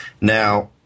Now